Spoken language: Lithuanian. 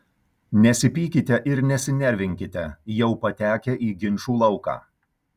nesipykite ir nesinervinkite jau patekę į ginčų lauką